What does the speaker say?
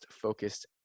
focused